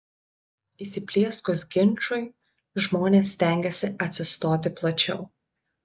įsiplieskus ginčui žmonės stengiasi atsistoti plačiau